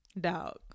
dog